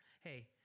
Hey